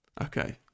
okay